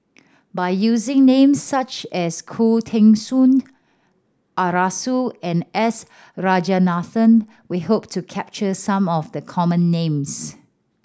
by using names such as Khoo Teng Soon Arasu and S Rajaratnam we hope to capture some of the common names